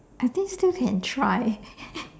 I think still can try